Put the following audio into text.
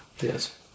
Yes